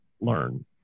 learn